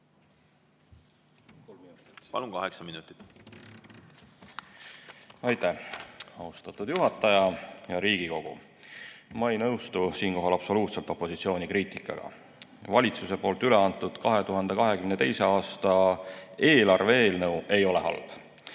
Palun, kaheksa minutit. Aitäh, austatud juhataja! Hea Riigikogu! Ma ei nõustu siinkohal absoluutselt opositsiooni kriitikaga. Valitsuse poolt üle antud 2022. aasta eelarve eelnõu ei ole halb.